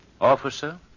officer